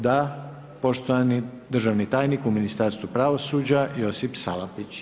Da, poštovani državni tajnik u Ministarstvu pravosuđa Josip Salapić.